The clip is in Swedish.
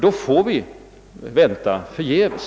Då får vi vänta förgäves.